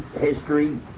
history